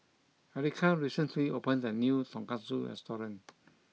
Erica recently opened a new Tonkatsu restaurant